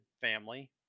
family